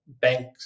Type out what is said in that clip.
bank